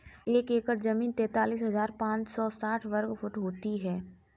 एक एकड़ जमीन तैंतालीस हजार पांच सौ साठ वर्ग फुट होती है